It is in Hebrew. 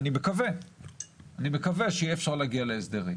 אני מקווה שיהיה אפשר להגיע להסדרים,